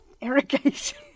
irrigation